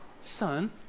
Son